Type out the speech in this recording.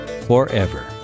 forever